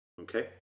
Okay